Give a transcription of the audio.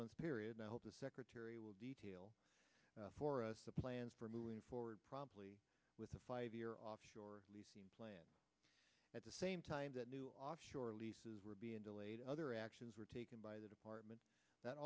month period now the secretary will detail for us the plans for moving forward probably with a five year offshore plan at the same time that new offshore leases were being delayed other actions were taken by the department that